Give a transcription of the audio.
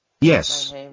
Yes